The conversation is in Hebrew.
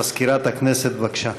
מזכירת הכנסת, בבקשה.